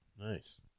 Nice